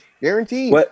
Guaranteed